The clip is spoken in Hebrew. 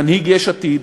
מנהיג יש עתיד,